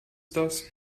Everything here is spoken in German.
das